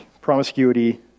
promiscuity